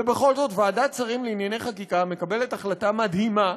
ובכל זאת ועדת שרים לענייני חקיקה מקבלת החלטה מדהימה,